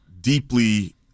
deeply